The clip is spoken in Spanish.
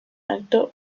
acto